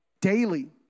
daily